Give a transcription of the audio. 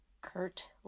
Kurt